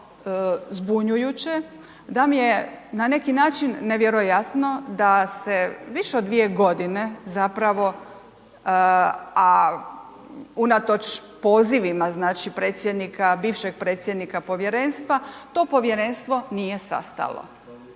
zbunjujuće da mi je na neki način nevjerojatno da se više od dvije godine zapravo, a unatoč pozivima, znači, predsjednika, bivšeg predsjednika povjerenstva, to povjerenstvo nije sastalo